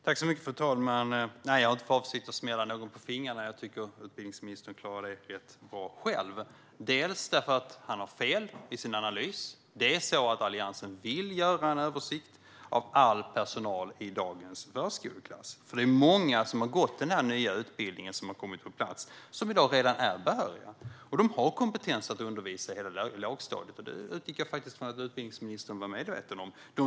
Fru talman! Jag har inte för avsikt att smälla någon på fingrarna. Det klarar utbildningsministern rätt bra själv, tycker jag. Det gör han då han har fel i sin analys. Alliansen vill göra en översikt av all personal i dagens förskoleklass. Det är många som har gått den nya utbildning som har kommit på plats och som i dag redan är behöriga. De har kompetens att undervisa under hela lågstadiet. Jag utgick från att utbildningsministern faktiskt var medveten om det.